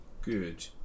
Good